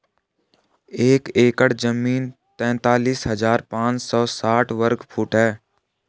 एक एकड़ जमीन तैंतालीस हजार पांच सौ साठ वर्ग फुट है